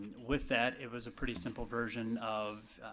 with that, it was a pretty simple version of,